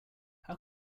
how